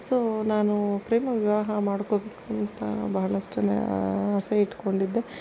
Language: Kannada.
ಸೊ ನಾನು ಪ್ರೇಮ ವಿವಾಹ ಮಾಡಿಕೋಬೇಕು ಅಂತ ಬಹಳಷ್ಟು ಆಸೆ ಇಟ್ಕೊಂಡಿದ್ದೆ